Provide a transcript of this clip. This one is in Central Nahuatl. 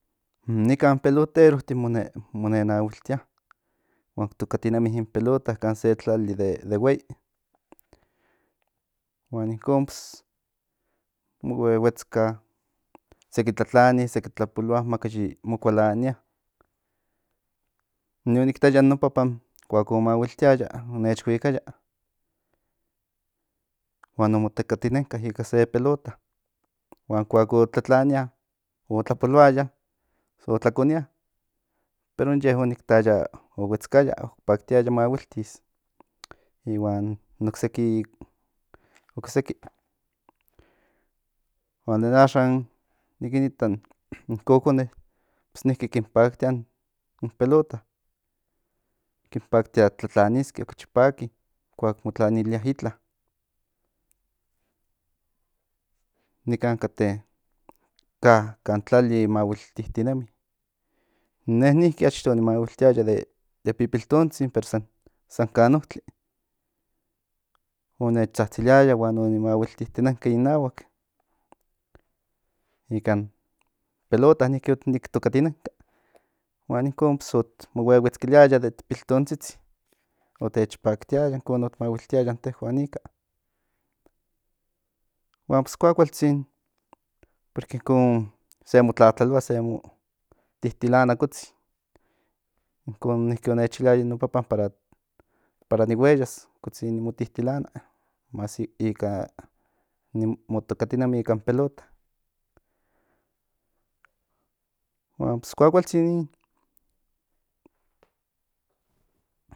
Nikan peloterotin mo nen ahuiltia huan tokatinemin in pelota kan se tlali de huei huan inkon huehuetzka seki tlatlani seki tlapoloa maka yi mo kualania in me o nik taya in no papan koak o maguiltiaya o nech huikaya huan o mo tokatinenka ika se pelota huan koak o tlatlania o tlapoloaya o tlkonia pero in ye oniktaya o huetzcaya o paktiaya maguiltis iguan ocseki huan in axan nikin ita in kokone pues niki kin paktia in pelota kin paktia tlatlaniske okachi paki montlanilia itla nikan ka kan tlali mahuiltitinemiin ne niki de achto o ni mahuiltiaya de pipiltontzin pero san kan otli onech tzatziliaya huan o ni maguiltitinenka innahuak ikan pelota niki o nic tokatinenka huan incon ps ot mahuiltiaya det piltontzitzin o tech paktiaya incon ot mahuiltiaya incon tehuan ika huan pues kuakualtzin porque inkon se montlatlaloa se mo titilana kotzin incon niki o nech iliaya innno papan para ni hueyas kotzin ni mo titilana más ika ni mo tokatinemin ikan pelota huan pues kuakualtzin nin